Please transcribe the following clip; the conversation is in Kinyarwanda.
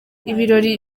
ibirori